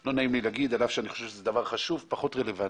לא נעים לי להגיד על אף שאני חושב שזה דבר חשוב אבל הוא פחות רלוונטי.